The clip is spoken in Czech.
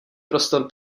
prostor